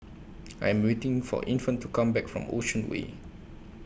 I Am waiting For Infant to Come Back from Ocean Way